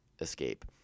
escape